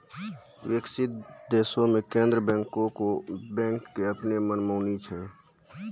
विकसित देशो मे केन्द्रीय बैंको के अपनो मनमानी होय छै